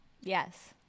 Yes